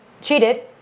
cheated